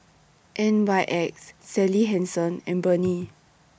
N Y X Sally Hansen and Burnie